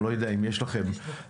אני לא יודע אם יש לכם דוח,